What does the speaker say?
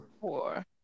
Four